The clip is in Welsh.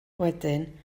wedyn